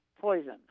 poison